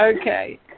Okay